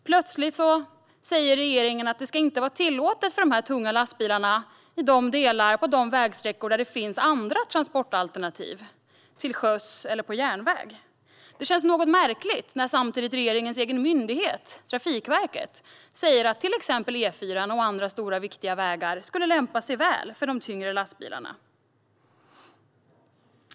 Plötsligt säger regeringen att de tunga lastbilarna inte ska vara tillåtna på de vägsträckor där det finns andra transportalternativ, till exempel på sjön eller järnväg. Det känns något märkligt när regeringens egen myndighet Trafikverket samtidigt säger att till exempel E4:an och andra stora, viktiga vägar skulle lämpa sig väl för de tyngre lastbilarna.